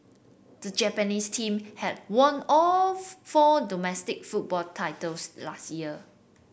the Japanese team had won all four domestic football titles last year